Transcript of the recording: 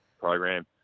program